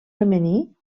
femení